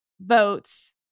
votes